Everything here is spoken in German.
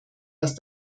was